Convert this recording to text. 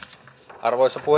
arvoisa